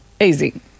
easy